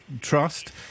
trust